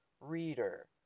reader